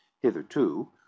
hitherto